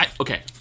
okay